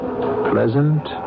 pleasant